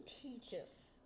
teaches